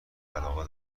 علاقه